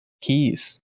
keys